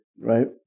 right